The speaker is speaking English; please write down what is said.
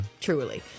truly